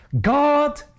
God